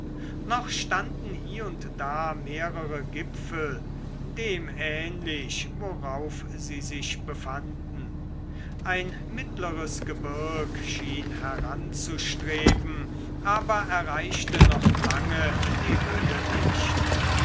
noch standen hie und da mehrere gipfel dem ähnlich worauf sie sich befanden ein mittleres gebirg schien heranzustreben aber erreichte noch lange die höhe nicht